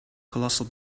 colossal